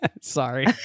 Sorry